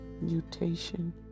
mutation